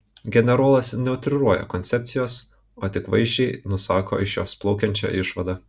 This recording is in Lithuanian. generolas neutriruoja koncepcijos o tik vaizdžiai nusako iš jos plaukiančią išvadą